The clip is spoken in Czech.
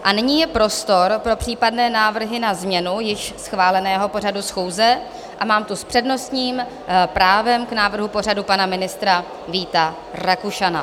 A nyní je prostor pro případné návrhy na změnu již schváleného pořadu schůze a mám tu s přednostním právem k návrhu pořadu pana ministra Víta Rakušana.